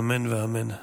אמן ואמן.